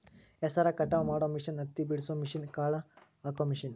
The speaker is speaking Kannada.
ಹೆಸರ ಕಟಾವ ಮಾಡು ಮಿಷನ್ ಹತ್ತಿ ಬಿಡಸು ಮಿಷನ್, ಕಾಳ ಹಾಕು ಮಿಷನ್